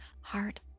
heart